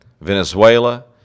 Venezuela